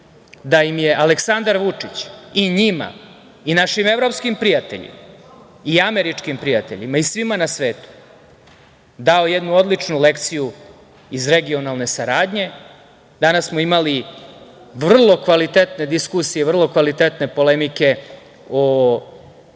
da im je Aleksandar Vučić, i njima i našim evropskim prijateljima i američkim prijateljima i svima na svetu, dao jednu odličnu lekciju iz regionalne saradnje. Danas smo imali vrlo kvalitetne diskusije, vrlo kvalitetne polemike o